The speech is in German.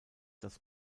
das